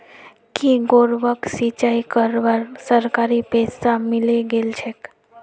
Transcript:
की गौरवक सिंचाई करवार सरकारी पैसा मिले गेल छेक